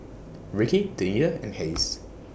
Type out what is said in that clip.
Rickie Danita and Hays